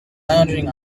lounging